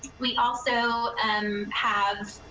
we also um have